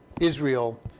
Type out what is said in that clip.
Israel